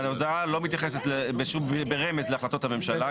ההודעה לא מתייחסת בשום רמז להחלטות הממשלה,